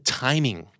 timing